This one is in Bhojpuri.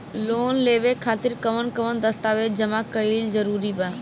लोन लेवे खातिर कवन कवन दस्तावेज जमा कइल जरूरी बा?